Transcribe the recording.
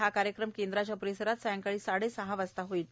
हा कार्यक्रम केंद्राच्या परिसरात सायंकाळी साडेसहा वाजता होईल